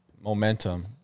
momentum